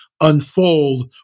unfold